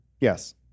Yes